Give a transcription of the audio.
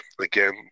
Again